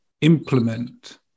implement